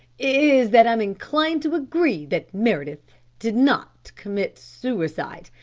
is that i'm inclined to agree that meredith did not commit suicide.